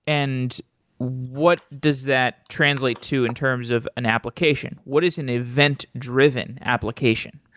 and what does that translate to in terms of an application? what is an event-driven application?